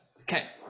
Okay